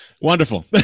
wonderful